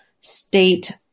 state